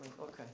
Okay